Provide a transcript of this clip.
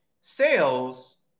sales